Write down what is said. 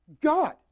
God